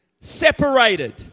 separated